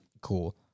cool